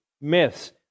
myths